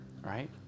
Right